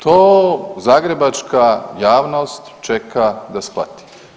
To zagrebačka javnost čeka da shvati.